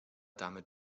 damit